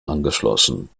angeschlossen